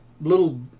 little